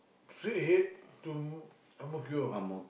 straight head to Ang-Mo-Kio